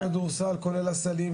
את מגרש הכדורסל כולל הסלים,